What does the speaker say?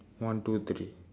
one two three